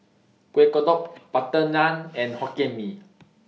Kueh Kodok Butter Naan and Hokkien Mee